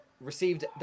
Received